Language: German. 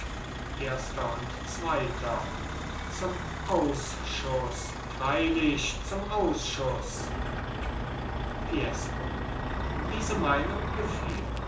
erster und zweiter zum ausschuß freilich zum ausschuß fiesco diese meinung gefiel die